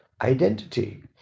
identity